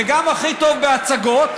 וגם הכי טוב בהצגות,